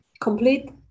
complete